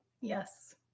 Yes